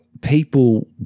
people